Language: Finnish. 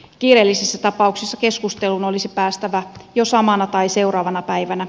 kiireellisissä tapauksissa keskusteluun olisi päästävä jo samana tai seuraavana päivänä